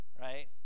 Right